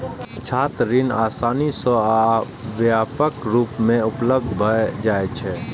छात्र ऋण आसानी सं आ व्यापक रूप मे उपलब्ध भए जाइ छै